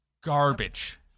Garbage